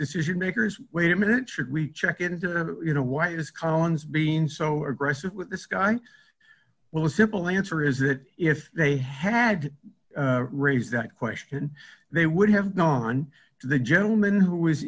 decision makers wait a minute should we check into you know why is collins being so aggressive with this guy well the simple answer is that if they had raised that question they would have gone to the gentleman who